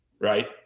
right